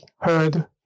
heard